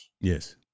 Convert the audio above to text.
Yes